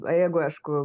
o jeigu aišku